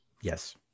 Yes